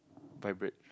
vibrate